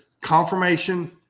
confirmation